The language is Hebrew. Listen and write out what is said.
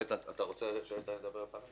אתה רוצה שאיתן עמרם ידבר לפניי?